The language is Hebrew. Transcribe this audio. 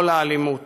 לא לאלימות".